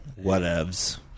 Whatevs